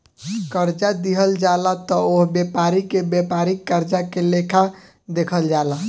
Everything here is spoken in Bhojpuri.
कर्जा दिहल जाला त ओह व्यापारी के व्यापारिक कर्जा के लेखा देखल जाला